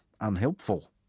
unhelpful